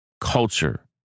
culture